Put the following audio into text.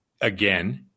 again